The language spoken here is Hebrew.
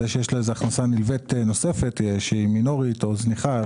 זה שיש לה הכנסה נלווית נוספת שהיא מינורית או זניחה,